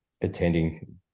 attending